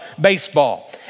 baseball